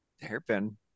hairpin